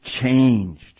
changed